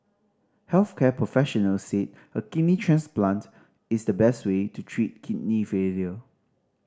health care professional said a kidney transplant is the best way to treat kidney failure